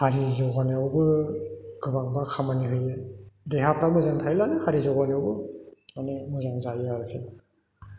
हारि जौगानायावबो गोबांबा खामानि होयो देहाफ्रा मोजां थायोब्लानो हारि जौगानायावबो माने मोजां जायो आरोखि